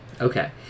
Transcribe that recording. Okay